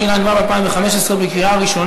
הצעת החוק עברה בקריאה ראשונה,